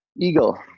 eagle